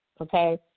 okay